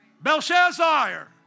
Belshazzar